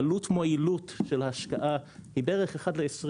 העלות מול היעילות של ההשקעה היא בערך 1 ל-20,